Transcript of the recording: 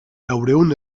laurehun